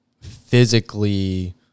Physically